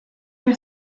your